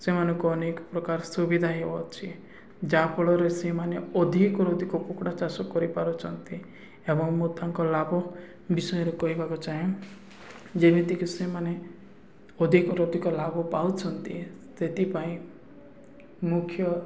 ସେମାନଙ୍କୁ ଅନେକ ପ୍ରକାର ସୁବିଧା ହେଉଅଛି ଯାହାଫଳରେ ସେମାନେ ଅଧିକରୁ ଅଧିକ କୁକୁଡ଼ା ଚାଷ କରିପାରୁଛନ୍ତି ଏବଂ ମୁଁ ତାଙ୍କ ଲାଭ ବିଷୟରେ କହିବାକୁ ଚାହେଁ ଯେମିତିକି ସେମାନେ ଅଧିକରୁ ଅଧିକ ଲାଭ ପାଉଛନ୍ତି ସେଥିପାଇଁ ମୁଖ୍ୟ